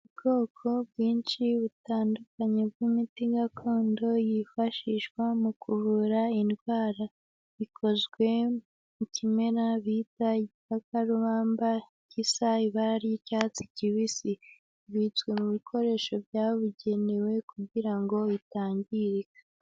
Ubwoko bwinshi butandukanye bw'imiti gakondo yifashishwa mu kuvura indwara, ikozwe mu kimera bita igikakarubamba gisa ibara ry'icyatsi kibisi, kibitswe mu bikoresho byabugenewe kugira ngo bitangirika.